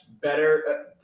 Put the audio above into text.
better